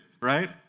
right